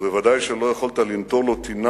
וודאי שלא יכולת לנטור לו טינה